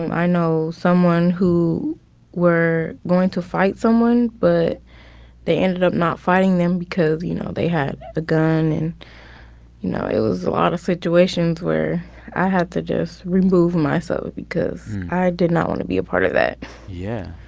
and i know someone who were going to fight someone, but they ended up not fighting them because, you know, they had a gun. and, you know, it was a lot of situations where i had to just remove myself because i did not want to be a part of that yeah.